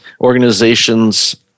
organizations